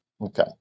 Okay